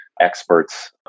experts